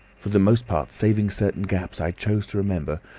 for the most part, saving certain gaps i chose to remember,